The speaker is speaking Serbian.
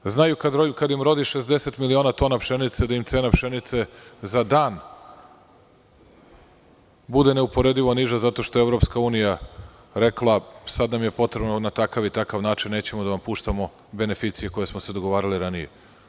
Znaju kada im rodi 60 miliona tona pšenice da im cena pšenice za dan bude neuporedivo niža zato što EU kaže da joj je potrebno na takav i takav način i neće da puštaju beneficije koje su dogovorene ranije.